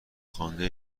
خوانده